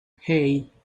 hey